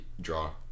draw